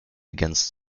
against